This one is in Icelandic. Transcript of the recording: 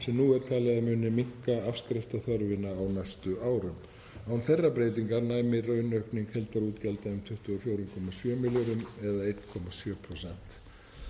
sem nú er talið að muni minnka afskriftarþörfina á næstu árum. Án þeirrar breytingar nemur raunaukning heildarútgjalda um 24,7 milljörðum kr. eða 1,7%.